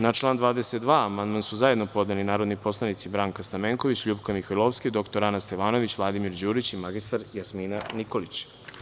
Na član 22. amandman su zajedno podneli narodni poslanici Branka Stamenković, LJupka Mihajlovska, dr Ana Stevanović, Vladimir Đurić i mr Jasmina Nikolić.